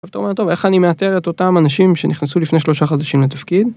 איך אני מאתר את אותם אנשים שנכנסו לפני שלושה חדשים לתפקיד.